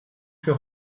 für